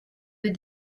beat